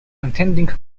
attending